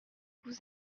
vous